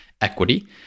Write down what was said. equity